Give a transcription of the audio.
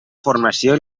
formació